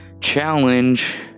challenge